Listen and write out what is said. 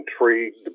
intrigued